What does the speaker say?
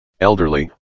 elderly